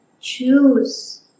choose